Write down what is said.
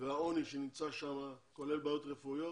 העוני שם, כולל בעיות רפואיות.